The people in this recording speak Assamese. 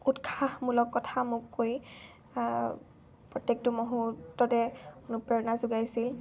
উৎসাহমূলক কথা মোক কৈ প্ৰত্যেকটো মুহূৰ্ততে অনুপ্ৰেৰণা যোগাইছিল